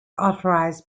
authorized